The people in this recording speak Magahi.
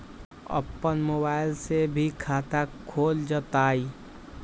अपन मोबाइल से भी खाता खोल जताईं?